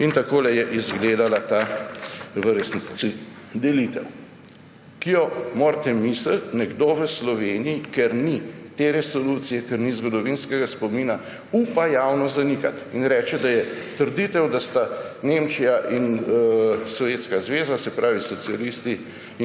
In takole je zgledala / pokaže zboru/ v resnici ta delitev, ki jo, si morete misliti, nekdo v Sloveniji, ker ni te resolucije, ker ni zgodovinskega spomina, upa javno zanikati in reče, da je trditev, da sta Nemčija in Sovjetska zveza, se pravi socialisti